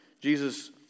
Jesus